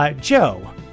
Joe